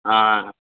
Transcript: हँ